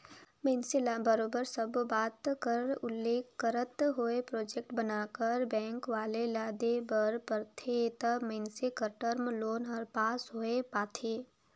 मइनसे ल बरोबर सब्बो बात कर उल्लेख करत होय प्रोजेक्ट बनाकर बेंक वाले ल देय बर परथे तबे मइनसे कर टर्म लोन हर पास होए पाथे